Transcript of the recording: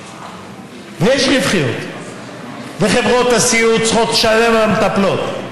ויש רווחיות, וחברות הסיעוד צריכות לשלם למטפלות.